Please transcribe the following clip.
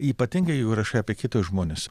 ypatingai jau rašai apie kitus žmones